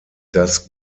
das